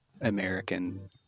American